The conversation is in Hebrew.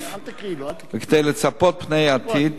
וכדי לצפות פני עתיד,